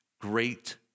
great